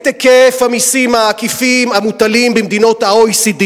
בדקו את היקף המסים העקיפים המוטלים במדינות ה-OECD.